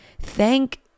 Thank